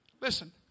Listen